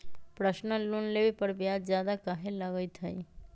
Personal loan लेबे पर ब्याज ज्यादा काहे लागईत है?